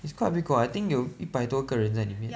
it's quite a big cohort I think 有一百多个人在里面